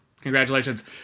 Congratulations